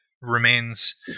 remains